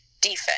defense